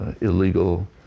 illegal